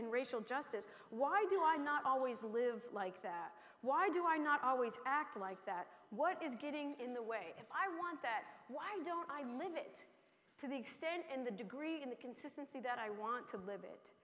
in racial justice why do i not always live like that why do i not always act like that what is getting in the way if i want that why don't i live it to the extent and the degree and consistency that i want to live it